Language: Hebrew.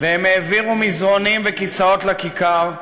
הם העבירו מזרנים וכיסאות לכיכר,